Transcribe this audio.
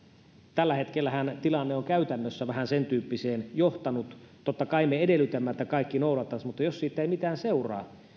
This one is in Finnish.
tällä hetkellähän tilanne on käytännössä vähän sen tyyppiseen johtanut totta kai me edellytämme että kaikki lakia noudattaisivat mutta jos siitä ei mitään seuraa